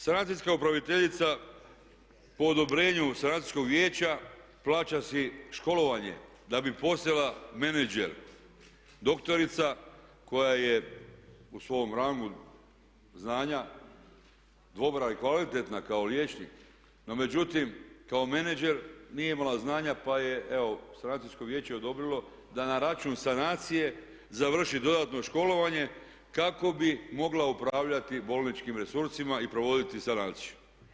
Sanacijska upraviteljica po odobrenju sanacijskog vijeća plaća si školovanje da bi postala menadžer, doktorica koja je u svom rangu znanja dobra i kvalitetna kao liječnik no međutim kao menadžer nije imala znanja pa je evo strateško vijeće odobrilo da na račun sanacije završi dodatno školovanje kako bi mogla upravljati bolničkim resursima i provoditi sanaciju.